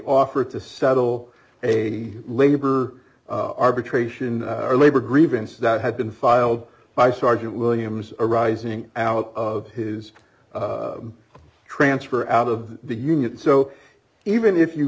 offer to settle a labor arbitration or labor grievance that had been filed by sergeant williams arising out of his transfer out of the union so even if you